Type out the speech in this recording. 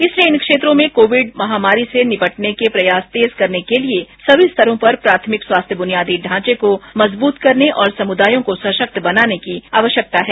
इसलिए इन क्षेत्रों में कोविड महामारी से निपटने के प्रयास तेज करने के लिए सभी स्तरों पर प्राथमिक स्वास्थ्य बुनियादी ढांचे को मजबूत करने और समुदायों को सशक्त बनाने की आवश्यकता है